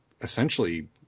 essentially